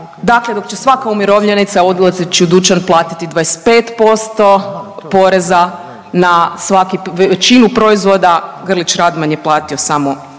Dakle dok će svaka umirovljenica odlazeći u dućan platiti 25% poreza na svaki, većinu proizvoda, Grlić Radman je platio samo